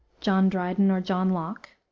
john dryden or john locke,